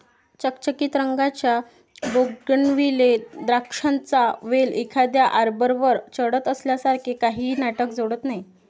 चकचकीत रंगाच्या बोगनविले द्राक्षांचा वेल एखाद्या आर्बरवर चढत असल्यासारखे काहीही नाटक जोडत नाही